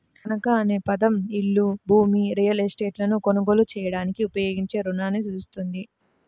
తనఖా అనే పదం ఇల్లు, భూమి, రియల్ ఎస్టేట్లను కొనుగోలు చేయడానికి ఉపయోగించే రుణాన్ని సూచిస్తుంది